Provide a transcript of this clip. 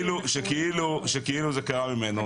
שכאילו זה קרה ממנו.